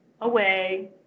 away